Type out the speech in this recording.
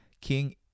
King